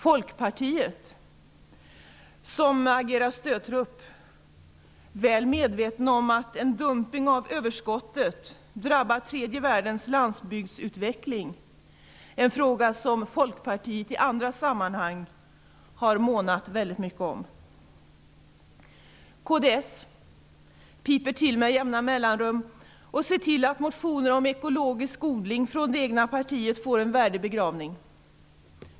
Folkpartisterna agerade stödtrupp, väl medvetna om att en dumpning av överskottet drabbade tredje världens landsbygdsutveckling -- en fråga som Folkpartiet i andra sammanhang har månat väldigt mycket om. Kds piper till med jämna mellanrum och ser till att motioner om ekologisk odling från det egna partiet får en värdig begravning.